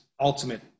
ultimate